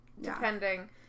Depending